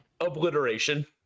obliteration